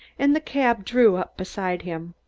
and the cab drew up beside him.